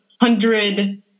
hundred